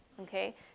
Okay